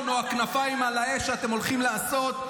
או הכנפיים על האש שאתם הולכים לעשות.